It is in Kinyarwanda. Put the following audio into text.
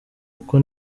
uko